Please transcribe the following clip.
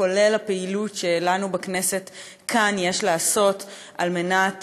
כולל הפעילות שעלינו בכנסת כאן לעשות על מנת